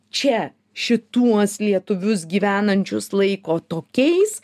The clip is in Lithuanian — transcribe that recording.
čia šituos lietuvius gyvenančius laiko tokiais